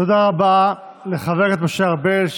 תודה רבה לחבר הכנסת משה ארבל,